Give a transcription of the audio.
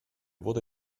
wurde